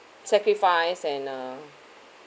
sacrifice and uh